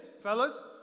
fellas